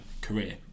career